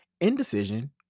indecision